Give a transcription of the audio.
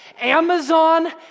Amazon